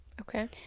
Okay